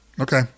Okay